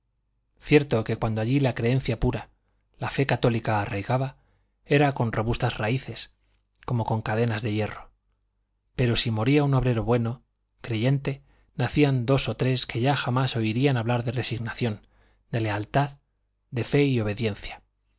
cierto que cuando allí la creencia pura la fe católica arraigaba era con robustas raíces como con cadenas de hierro pero si moría un obrero bueno creyente nacían dos tres que ya jamás oirían hablar de resignación de lealtad de fe y obediencia